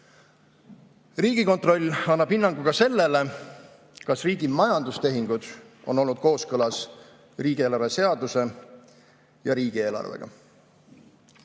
Riigikontroll annab hinnangu ka sellele, kas riigi majandustehingud on olnud kooskõlas riigieelarve seaduse ja riigieelarvega.